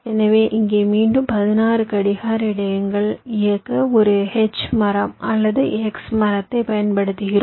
எனவே இங்கே மீண்டும் 16 கடிகார இடையகங்களை இயக்க ஒரு H மரம் அல்லது ஒரு X மரத்தைப் பயன்படுத்துகிறோம்